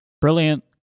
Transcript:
Brilliant